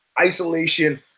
isolation